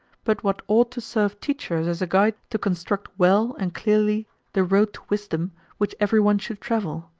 but what ought to serve teachers as a guide to construct well and clearly the road to wisdom which everyone should travel,